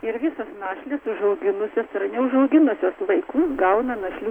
ir visos našlės užauginusios ir neužauginusios vaikus gauna našlių